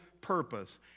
purpose